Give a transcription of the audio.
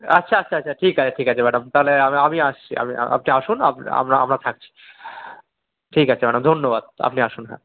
আচ্ছা আচ্ছা আচ্ছা ঠিক আছে ঠিক আছে ম্যাডাম তাহলে আমি আমি আসছি আপনি আসুন আমি আমরা আমরা থাকছি ঠিক আছে ম্যাডাম ধন্যবাদ আপনি আসুন হ্যাঁ